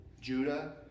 Judah